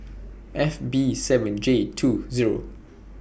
F B seven J two Zero